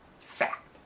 Fact